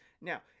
Now